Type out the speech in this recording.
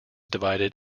divided